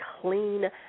clean